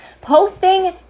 posting